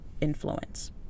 influence